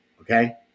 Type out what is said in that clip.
Okay